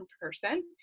person